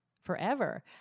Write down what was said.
forever